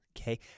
okay